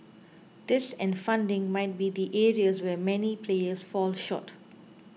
this and funding might be the areas where many players fall short